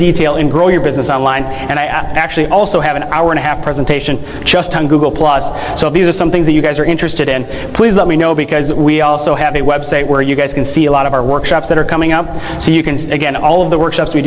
detail in grow your business online and i actually also have an hour and a half presentation just on google plus so these are some things that you guys are interested in please let me know because we also have a website where you guys can see a lot of our workshops that are coming up so you can see again all of the works